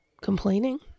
complaining